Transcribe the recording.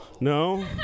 No